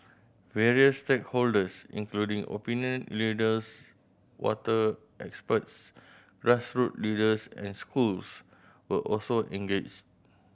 various stakeholders including opinion leaders water experts grassroots leaders and schools were also engaged